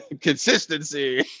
Consistency